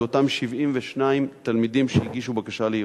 לאותם 72 תלמידים שהגישו בקשה לערעור.